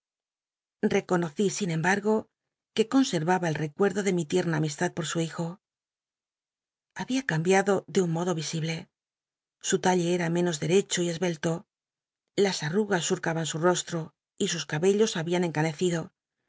heconoci sin embargo ue conserva ba el recuerdo de mi tierna amistad loi su hij o llabia cambiado de un modo l isihle su talle era menos derecho y esbelto las aj rostro y sus cabellos habían encanecido